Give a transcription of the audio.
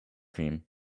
cream